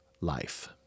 life